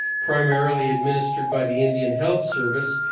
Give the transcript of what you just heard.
primarily administered by the indian health service,